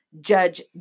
Judge